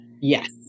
Yes